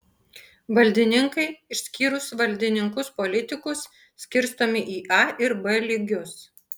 valdininkai išskyrus valdininkus politikus skirstomi į a ir b lygius